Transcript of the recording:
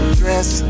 dress